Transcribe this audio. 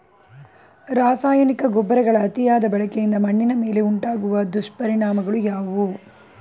ರಾಸಾಯನಿಕ ಗೊಬ್ಬರಗಳ ಅತಿಯಾದ ಬಳಕೆಯಿಂದ ಮಣ್ಣಿನ ಮೇಲೆ ಉಂಟಾಗುವ ದುಷ್ಪರಿಣಾಮಗಳು ಯಾವುವು?